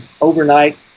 overnight